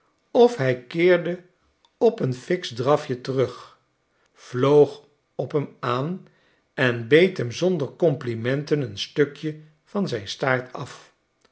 of hij keerde op een fiksch drafje terug vloog op hem aan en beet hem zonder complimenten een stukje van zijn staart af